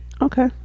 Okay